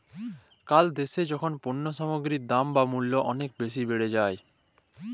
call দ্যাশে যখল পল্য সামগ্গির দাম বা মূল্য অলেক বেসি বাড়ে যায়